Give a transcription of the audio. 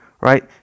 right